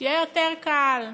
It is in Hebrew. שיהיה יותר קל,